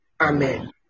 Amen